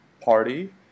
party